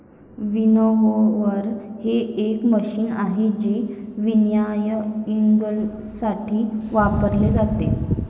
winnower हे एक machine आहे जे विनॉयइंगसाठी वापरले जाते